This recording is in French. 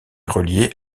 relié